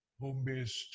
home-based